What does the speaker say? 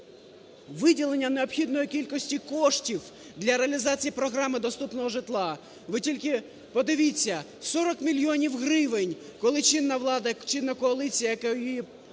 виділення необхідної кількості коштів для реалізації програми доступного житла. Ви тільки подивіться: 40 мільйонів гривень, коли чинна влада, чинна коаліція, яка її